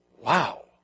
Wow